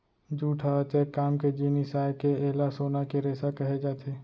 jute ह अतेक काम के जिनिस आय के एला सोना के रेसा कहे जाथे